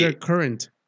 current